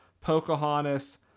Pocahontas